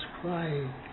crying